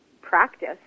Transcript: practice